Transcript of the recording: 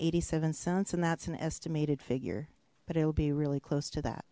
eighty seven cents and that's an estimated figure but it will be really close to that